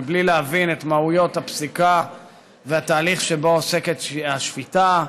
מבלי להבין את מהויות הפסיקה ואת התהליך שבו עוסקת השפיטה.